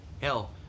hell